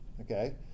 okay